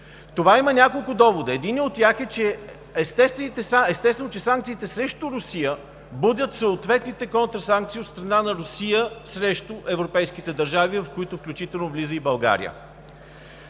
Това има няколко довода. Единият от тях е – естествено, че санкциите срещу Русия будят съответните контрасанкции от страна на Русия срещу европейските държави, в които включително влиза и България.